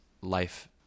life